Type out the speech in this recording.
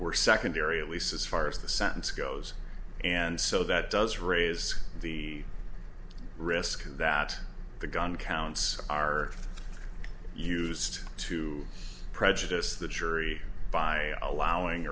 were secondary at least as far as the sentence goes and so that does raise the risk that the gun counts are used to prejudice the jury by allowing